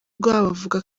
bavuga